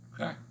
Okay